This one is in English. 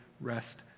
rest